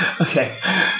okay